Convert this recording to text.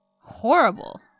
horrible